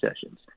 sessions